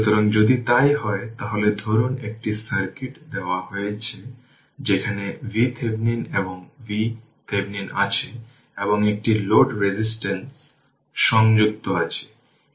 সুতরাং পরেরটি চিত্র 22 এ দেখানো সার্কিটে রয়েছে ix v x এবং I নির্ধারণ করতে হবে যা ix তারপর v x যেটি এই 3 Ω রেজিস্টেন্স এবং i জুড়ে i 3